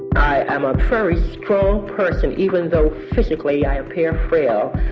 i am a very strong person, even though physically i appear frail.